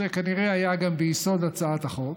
שכנראה היה גם ביסוד הצעת החוק